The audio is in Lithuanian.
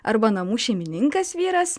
arba namų šeimininkas vyras